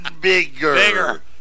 Bigger